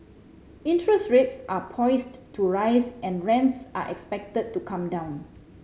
interest rates are poised to rise and rents are expected to come down